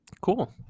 cool